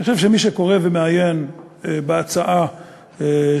אני חושב שמי שקורא ומעיין בהצעה שהוגשה